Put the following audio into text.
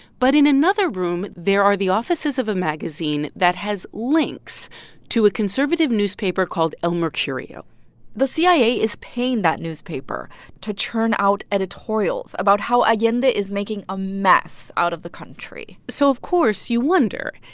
but in another room, there are the offices of a magazine that has links to a conservative newspaper called el mercurio the cia is paying that newspaper to churn out editorials about how allende is making a mess out of the country so of course, you wonder.